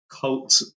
cult